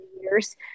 years